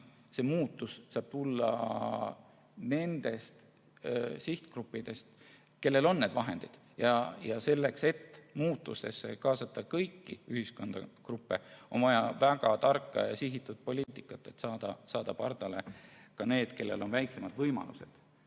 see muutus tulla nendest sihtgruppidest, kellel on vahendid olemas. Selleks, et muudatustesse kaasata kõiki ühiskonnagruppe, on vaja väga tarka ja sihitud poliitikat, et saada pardale ka need, kellel on väiksemad võimalused